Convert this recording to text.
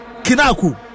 kinaku